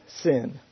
sin